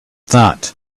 that